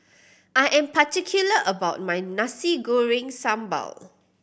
I am particular about my Nasi Goreng Sambal